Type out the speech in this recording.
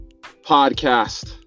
podcast